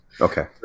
Okay